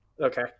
Okay